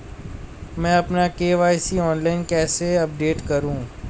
मैं अपना KYC online कैसे अपडेट करूँ?